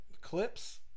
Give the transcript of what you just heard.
clips